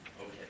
Okay